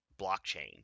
blockchain